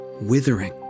withering